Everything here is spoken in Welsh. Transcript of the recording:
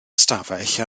ystafell